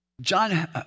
John